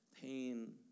pain